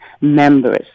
members